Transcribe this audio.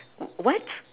wh~ what